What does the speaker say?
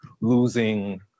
losing